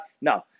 No